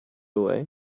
away